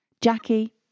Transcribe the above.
Jackie